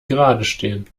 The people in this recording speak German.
geradestehen